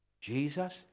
Jesus